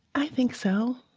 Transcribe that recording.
i think so.